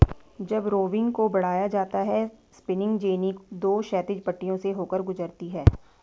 जब रोविंग को बढ़ाया जाता है स्पिनिंग जेनी दो क्षैतिज पट्टियों से होकर गुजरती है